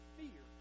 fear